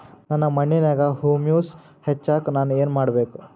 ನನ್ನ ಮಣ್ಣಿನ್ಯಾಗ್ ಹುಮ್ಯೂಸ್ ಹೆಚ್ಚಾಕ್ ನಾನ್ ಏನು ಮಾಡ್ಬೇಕ್?